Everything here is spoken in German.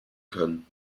können